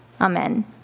Amen